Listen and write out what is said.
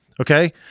Okay